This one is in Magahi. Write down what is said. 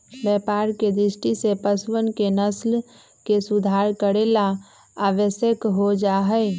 व्यापार के दृष्टि से पशुअन के नस्ल के सुधार करे ला आवश्यक हो जाहई